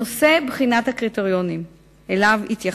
נושא בחינת הקריטריונים שאליו התייחסת,